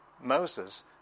Moses